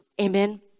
Amen